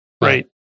Right